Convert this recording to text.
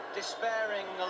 despairing